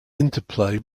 interplay